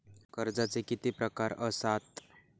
कर्जाचे किती प्रकार असात?